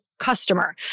customer